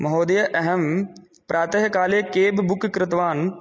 महोदय अहं प्रातःकाले केब् बुक् कृतवान्